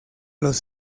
los